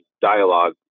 dialogue